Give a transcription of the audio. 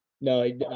No